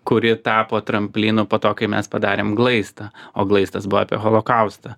kuri tapo tramplynu po to kai mes padarėm glaistą o glaistas buvo apie holokaustą